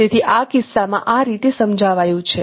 તેથી આ કિસ્સામાં આ રીતે સમજાવાયું છે